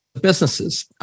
businesses